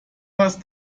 hast